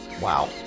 Wow